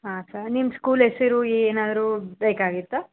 ಹಾಂ ಸರ್ ನಿಮ್ಮ ಸ್ಕೂಲ್ ಹೆಸರು ಏನಾದ್ರು ಬೇಕಾಗಿತ್ತ